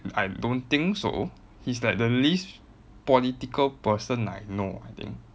I don't think so he's like the least political person I know I think